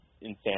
insanity